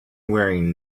wearing